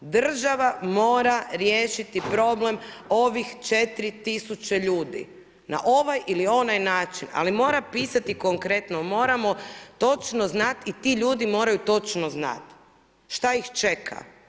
Država mora riješiti problem ovih četiri tisuće ljudi na ovaj ili onaj način, ali mora pisati konkretno, moramo točno znati i ti ljudi moraju točno znati šta ih čeka.